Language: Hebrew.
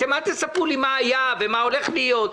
אל תספרו לי מה היה ומה הולך להיות.